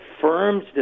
firms